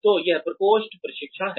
तो यह प्रकोष्ठ प्रशिक्षण है